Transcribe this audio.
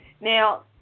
Now